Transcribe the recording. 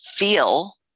feel